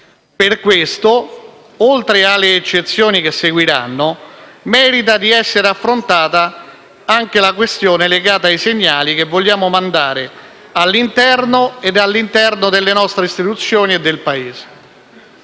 Per questo, oltre alle eccezioni che seguiranno, merita di essere affrontata anche la questione legata ai segnali che vogliamo mandare all'interno e all'esterno delle nostre istituzioni e del Paese.